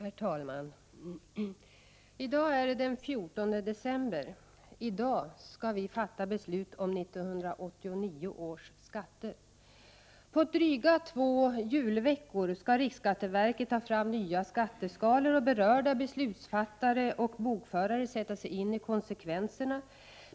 Herr talman! I dag är det den 14 december. I dag skall vi fatta beslut om 1989 års skatter. På dryga två julveckor skall riksskatteverket ta fram nya skatteskalor och berörda bslutsfattare och bokförare sätta sig in i konsekvenserna.